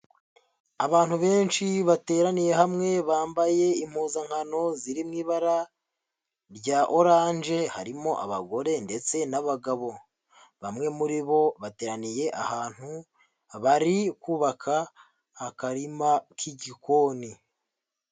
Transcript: Abantu benshi bateraniye hamwe bambaye impuzankano ziri mu ibara rya oranje, harimo abagore ndetse n'abagabo, bamwe muri bo bateraniye ahantu, bari kubaka akarima k'igikoni.